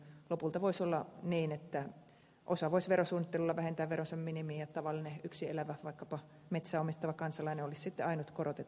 lopulta voisi olla niin että osa voisi verosuunnittelulla vähentää veronsa minimiin ja tavallinen yksin elävä vaikkapa metsää omistava kansalainen olisi sitten ainut korotetun veron maksaja